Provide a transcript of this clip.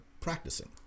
practicing